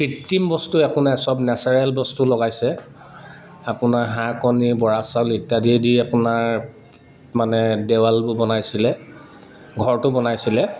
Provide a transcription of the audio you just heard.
কৃত্ৰিম বস্তু একো নাই চব নেচাৰেল বস্তু লগাইছে আপোনাৰ হাঁহ কণী বৰা চাউল ইত্যাদি দি আপোনাৰ মানে দেৱালবোৰ বনাইছিলে ঘৰটো বনাইছিলে